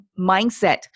mindset